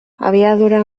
abiadura